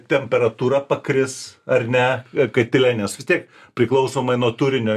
temperatūra pakris ar ne katile nes vis tiek priklausomai nuo turinio